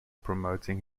promoting